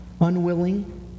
unwilling